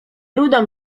rudą